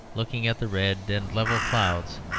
looking at the red and level clouds,